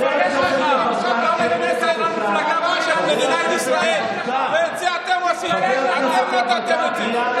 עשה את זה חבר כנסת אחד: כבש את מדינת ישראל.